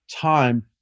time